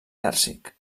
pèrsic